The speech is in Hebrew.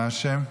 מה השם?